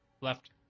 Left